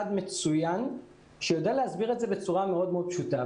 מצוין שיודע להסביר את זה בצורה פשוטה.